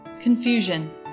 confusion